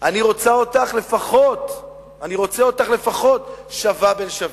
אני רוצה אותך לפחות שווה בין שווים,